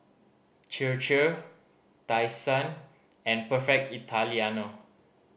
Chir Chir Tai Sun and Perfect Italiano